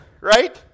right